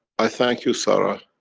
i thank you sarah